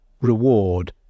reward